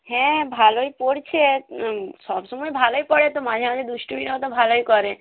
হ্যাঁ ভালোই পড়ছে সব সময়ে ভালোই পড়ে তো মাঝে মাঝে দুষ্টুমিও তো ভালোই করে